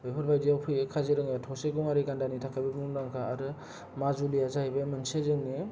बेफोर बायदिआव फैयो काजिरङाआव थसे गंआरि गान्दानि थाखाय मुंदांखा आरो माजुलिया जाहैबाय मोनसे जोंनि